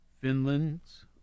Finland's